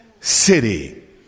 city